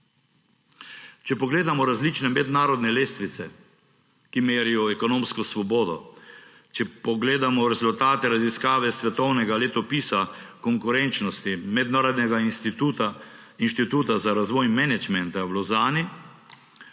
Če pogledamo različne mednarodne lestvice, ki merijo ekonomsko svobodo, če pogledamo rezultate raziskave svetovnega letopisa konkurenčnosti Mednarodnega inštituta za razvoj menedžmenta v Lozani,